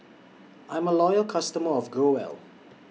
I'm A Loyal customer of Growell